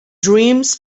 dreams